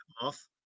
off